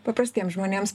paprastiems žmonėms